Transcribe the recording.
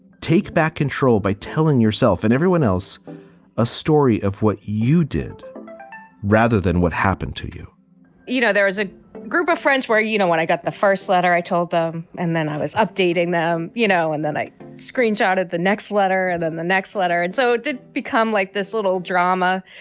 take back control by telling yourself and everyone else a story of what you did rather than what happened to you you know, there is a group of friends where, you know, when i got the first letter, i told them and then i was updating them, you know, and then i screenshot of the next letter and then the next letter. and so did become like this little drama.